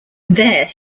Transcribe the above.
there